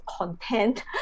content